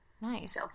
Nice